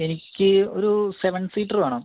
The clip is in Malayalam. എനിക്ക് ഒരു സെവൻ സീറ്റർ വേണം